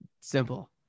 Simple